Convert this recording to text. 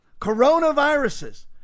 coronaviruses